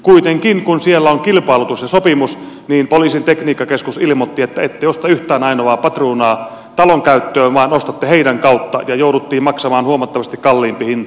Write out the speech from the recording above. kuitenkin kun siellä on kilpailutus ja sopimus poliisin tekniikkakeskus ilmoitti että ette osta yhtään ainoaa patruunaa talon käyttöön vaan ostatte heidän kauttaan ja jouduttiin maksamaan huomattavasti kalliimpi hinta